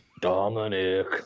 Dominic